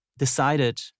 decided